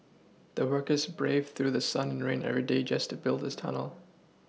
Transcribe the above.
the workers braved through sun and rain every day just to build this tunnel